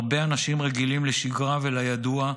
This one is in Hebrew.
הרבה אנשים רגילים לשגרה ולידוע,